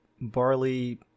barley